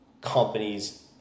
companies